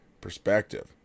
perspective